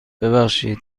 ببخشید